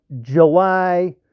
July